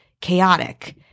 chaotic